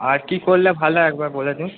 আর কি করলে ভালো হয় একবার বলে দিন